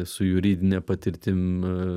su juridine patirtim